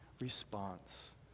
response